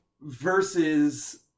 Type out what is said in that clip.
Versus